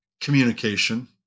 communication